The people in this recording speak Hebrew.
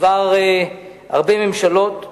עבר הרבה ממשלות,